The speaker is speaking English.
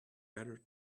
better